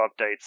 updates